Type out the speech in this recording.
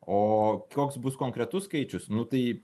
o koks bus konkretus skaičius nu tai